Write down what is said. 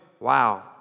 wow